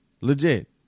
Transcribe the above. Legit